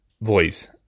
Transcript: voice